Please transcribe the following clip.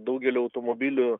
daugelių automobilių